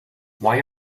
why